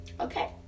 Okay